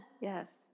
yes